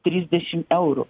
trisdešim eurų